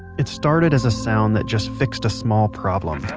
it started as a sound that just fixed a small problem